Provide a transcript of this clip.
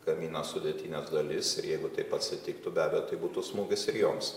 gamina sudėtines dalis ir jeigu taip atsitiktų be abejo tai būtų smūgis ir joms